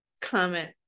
comment